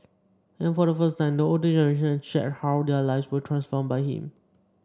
and for the first time the older generation shared how their lives were transformed by him